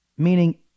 Meaning